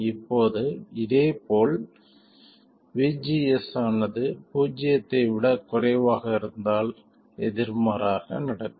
இப்போது இதேபோல் vgs ஆனது பூஜ்ஜியத்தை விட குறைவாக இருந்தால் எதிர்மாறாக நடக்கும்